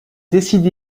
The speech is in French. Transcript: décide